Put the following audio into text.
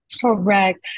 Correct